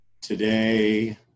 today